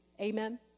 Amen